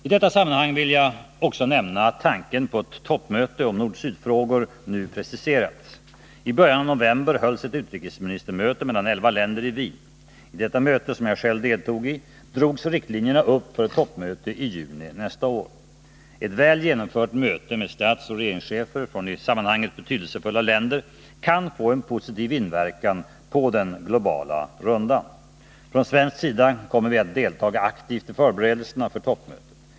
I detta sammanhang vill jag också nämna att tanken på ett toppmöte om nord-sydfrågor nu preciserats, I början av november hölls ett utrikesministermöte mellan elva länder i Wien, I detta möte, som jag själv deltog i, drogs riktlinjerna upp för ett toppmöte i juni nästa år. Ett väl genomfört möte med statsoch regeringschefer från i sammanhanget betydelsefulla länder kan få en positiv inverkan på den globala rundan. Från svensk sida kommer vi att delta aktivt i förberedelserna för toppmötet.